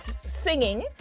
singing